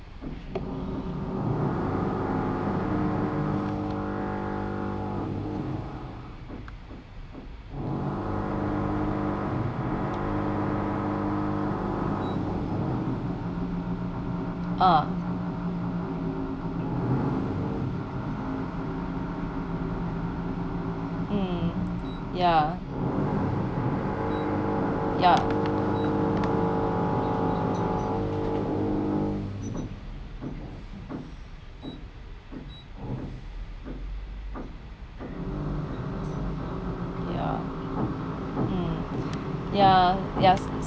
ah mm ya yup ya mm ya yes